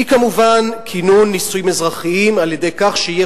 היא כמובן כינון נישואים אזרחיים על-ידי כך שיהיה